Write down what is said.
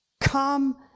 come